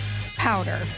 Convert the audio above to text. powder